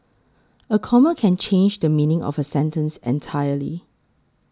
a comma can change the meaning of a sentence entirely